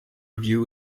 review